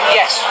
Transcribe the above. yes